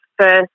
first